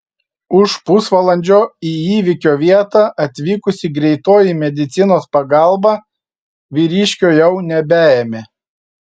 už pusvalandžio į įvykio vietą atvykusi greitoji medicinos pagalba vyriškio jau nebeėmė